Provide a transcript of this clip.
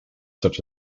such